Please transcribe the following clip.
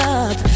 up